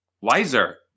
Wiser